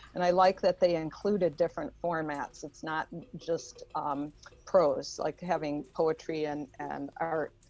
and i like that they included different formats, it's not just prose, like having poetry and and art.